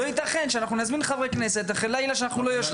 לא ייתכן שאנחנו נזמין חברי כנסת אחרי לילה שאנחנו לא ישנים.